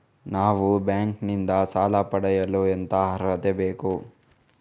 ನಾವು ಬ್ಯಾಂಕ್ ನಿಂದ ಸಾಲ ಪಡೆಯಲು ಎಂತ ಅರ್ಹತೆ ಬೇಕು?